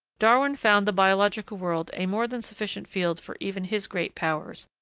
darwin found the biological world a more than sufficient field for even his great powers,